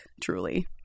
truly